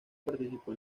participó